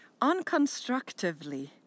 unconstructively